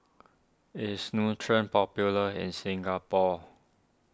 is Nutren popular in Singapore